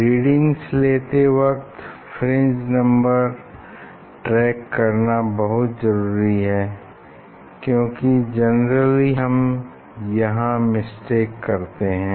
reading लेते वक़्त fringe number track करना बहुत जरुरी है क्यूंकि जेनेरेली हम यहाँ मिस्टेक करते हैं